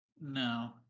No